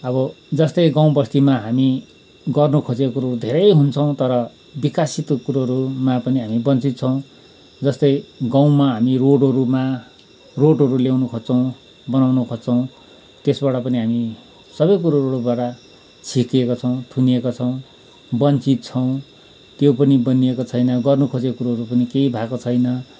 आबो जस्तै गाँउबस्तीमा हामी गर्नु खोजेको कुरा धेरै हुन्छौँ तर विकाशत कुरोहरूमा पनि हामी वञ्चित छौँ जस्तै गाँउमा हामी रोडहरूमा रोडहरू ल्याउन खोज्छौँ बनाउन खोज्छौँ त्यसबाट पनि हामी सबै कुराहरूबाट छेकिएका छौँ थुनिएका छौँ वञ्चित छौँ त्यो पनि बनिएको छैन गर्नु खोजेको कुरोहरू पनि केही भएको छैन